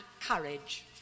courage